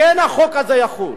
החוק הזה כן יחול.